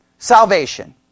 salvation